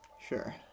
Sure